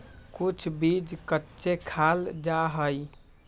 कुछ बीज कच्चे खाल जा हई